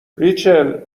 ریچل